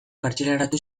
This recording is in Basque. kartzelaratu